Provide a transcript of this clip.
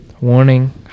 warning